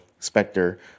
Spectre